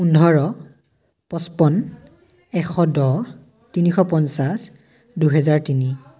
পোন্ধৰ পঁছপন্ন এশ দহ তিনিশ পঞ্চাছ দুহেজাৰ তিনি